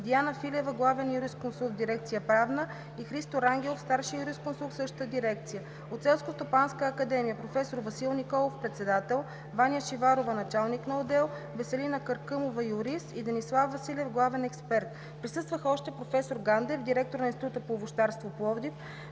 Диана Филева – главен юрисконсулт в дирекция „Правна“, и Христо Рангелов – старши юрисконсулт в същата дирекция. От Селскостопанска академия: професор Васил Николов – председател; Ваня Шиварова – началник-отдел; Веселина Къркъмова – юрист, и Денислав Василев – главен експерт. Присъстваха още професор Гандев – директор на Института по овощарство – Пловдив,